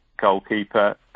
goalkeeper